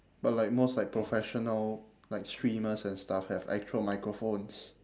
but like most like professional like streamers and stuff have actual microphones